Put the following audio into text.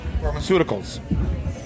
Pharmaceuticals